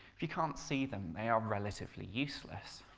if you can't see them, they are relatively useless.